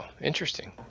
interesting